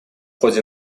ходе